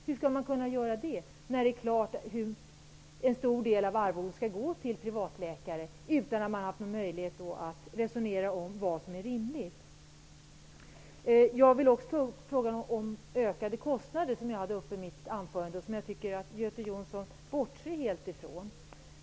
Hur skall man kunna göra det när det är klart att en stor del av arvodet skall gå till privatläkare utan att man har haft möjlighet att resonera om vad som är rimligt. Jag vill också ta upp frågan om ökade kostnader. Det talade jag om i mitt anförande. Jag tycker att Göte Jonsson helt bortser ifrån den frågan.